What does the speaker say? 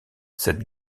cette